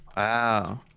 Wow